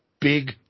big